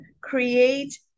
create